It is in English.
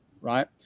right